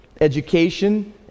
education